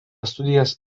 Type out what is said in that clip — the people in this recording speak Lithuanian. studijas